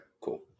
cool